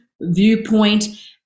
viewpoint